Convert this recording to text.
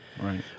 Right